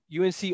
UNC